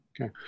Okay